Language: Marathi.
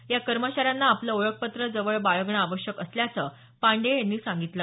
या कर्मचाऱ्यांना आपलं ओळखपत्र जवळ बाळगणं आवश्यक असल्याचं पाण्डेय यांनी सांगितलं